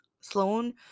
Sloan